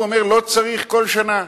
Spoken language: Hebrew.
הוא אומר: לא צריך כל שנה.